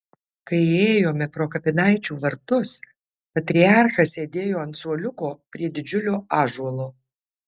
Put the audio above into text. kai įėjome pro kapinaičių vartus patriarchas sėdėjo ant suoliuko prie didžiulio ąžuolo